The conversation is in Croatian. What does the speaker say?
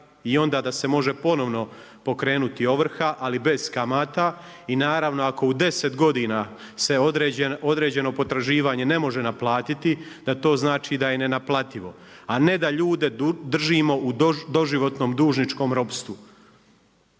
i onda da se može ponovno pokrenuti ovrha ali bez kamata. I naravno ako u 10 godina se određeno potraživanje ne može naplatiti da to znači da je nenaplativo a ne da ljude držimo u doživotnom dužničkom ropstvu.